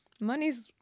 money's